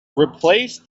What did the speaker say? replace